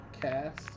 cast